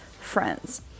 friends